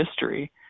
history